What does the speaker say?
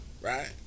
Right